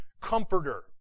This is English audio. comforter